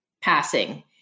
passing